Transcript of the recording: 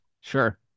Sure